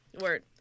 word